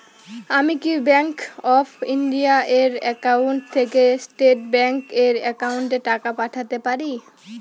আমি কি bank of India এর একাউন্ট থেকে স্টেট ব্যাংক এর একাউন্টে টাকা পাঠাতে পারি?